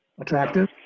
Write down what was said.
attractive